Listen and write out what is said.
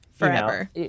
Forever